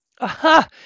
Aha